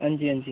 हांजी हांजी